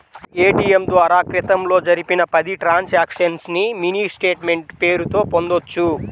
ATM ద్వారా క్రితంలో జరిపిన పది ట్రాన్సక్షన్స్ ని మినీ స్టేట్ మెంట్ పేరుతో పొందొచ్చు